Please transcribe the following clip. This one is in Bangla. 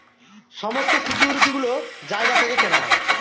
সমস্ত সিকিউরিটি গুলো জায়গা থেকে কেনা হয়